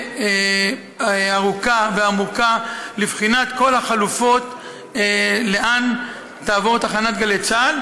ארוכה ועמוקה לבחינת כל החלופות לאן תעבור תחנת גלי צה"ל,